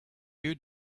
you